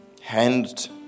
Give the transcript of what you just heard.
hand